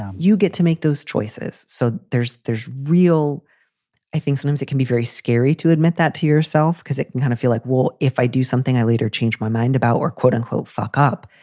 um you get to make those choices. so there's there's real i think sometimes it can be very scary to admit that to yourself because it can kind of feel like, well, if i do something i later changed my mind about or quote unquote fuck up,